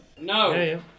No